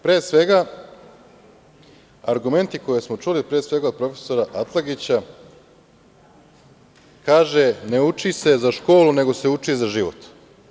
Pre svega, argumente koje smo čuli, pre svega, od profesora Atlagića, kaže – ne uči se za školu, nego se uči za život.